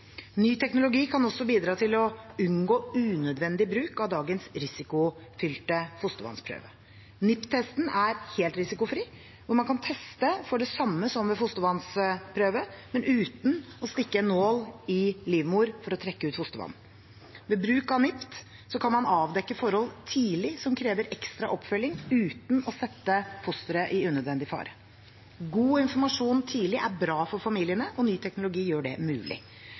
Ny teknologi kan også bidra til å unngå unødvendig bruk av dagens risikofylte fostervannsprøve. NIPT-testen er helt risikofri, og man kan teste for det samme som ved fostervannsprøve, men uten å stikke en nål i livmor for å trekke ut fostervann. Ved bruk av NIPT kan man avdekke forhold tidlig som krever ekstra oppfølging, uten å sette fosteret i unødvendig fare. God informasjon tidlig er bra for familiene, og ny teknologi gjør det mulig.